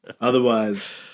Otherwise